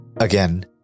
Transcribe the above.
Again